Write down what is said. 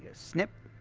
snip,